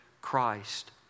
Christ